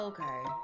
Okay